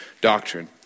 doctrine